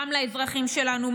גם לאזרחים שלנו.